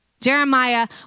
Jeremiah